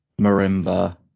marimba